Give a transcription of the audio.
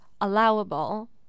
allowable